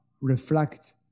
reflect